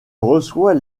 reçoit